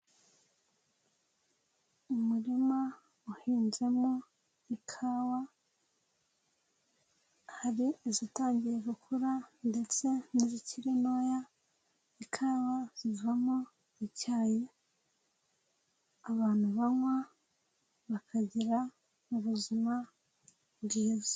Umurima uhinzemo ikawa, hari izitangiye gukura ndetse n'izikiri ntoya, ikawa zivamo icyayi abantu banywa bakagira ubuzima bwiza.